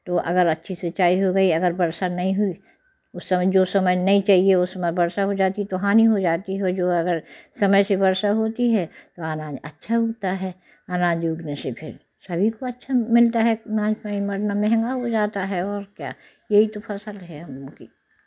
तो अगर अच्छी सिंचाई हो गई अगर वर्षा नहीं हुई उस समय जो समय नहीं चाहिए उस समय वर्षा हो जाती है तो हानि हो जाती है वो जो अगर समय से वर्षा होती है तो अनाज अच्छा उगता है अनाज उगने से फिर सभी को अच्छा मिलता है वर्ना महंगा हो जाता है और क्या है यही तो फसल है हम लोगों की